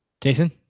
Jason